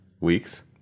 weeks